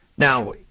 Now